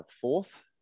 fourth